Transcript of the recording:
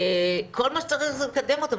כל מה שצריך זה לקדם אותן.